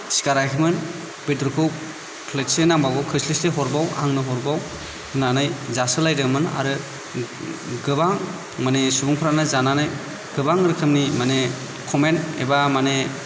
सिखाराखैमोन बेदरखौ प्लेटसे नांबावगौ खोस्लिसे हरबाव आंनो हरबाव होननानै जासोलायदोंमोन आरो गोबां माने सुबुंफ्रानो जानानै गोबां रोखोमनि माने कमेन्ट एबा माने